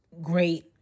great